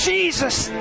Jesus